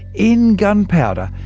in gunpowder,